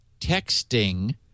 texting